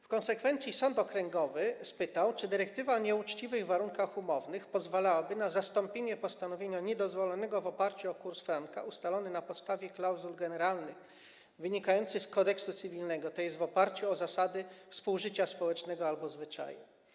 W konsekwencji sąd okręgowy spytał, czy dyrektywa o nieuczciwych warunkach umownych pozwalałaby na zastąpienie postanowienia niedozwolonego w oparciu o kurs franka, ustalony na podstawie klauzul generalnych, wynikający z Kodeksu cywilnego, tj. w oparciu o zasady współżycia społecznego albo zwyczajów.